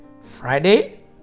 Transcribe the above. Friday